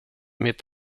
mitt